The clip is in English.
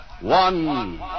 One